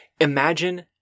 Imagine